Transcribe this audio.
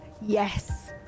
yes